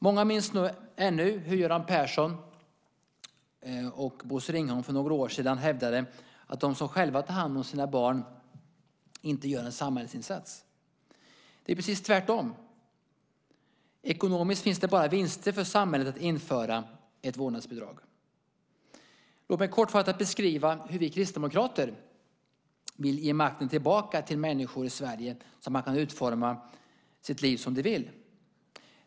Många minns nog ännu hur Göran Persson och Bosse Ringholm för några år sedan hävdade att de som själva tar hand om sina barn inte gör en samhällsinsats. Det är ju precis tvärtom! Ekonomiskt finns det bara vinster för samhället med att införa ett vårdnadsbidrag. Låt mig kortfattat beskriva hur vi kristdemokrater vill ge makten tillbaka till människor i Sverige så att de kan utforma sitt liv som de vill.